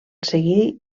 seguir